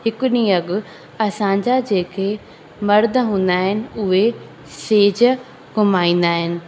हिकु ॾींहुं अॻु असांजा जेके मर्द हूंदा आहिनि उहे छेॼ घुमाईंदा आहिनि